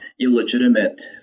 illegitimate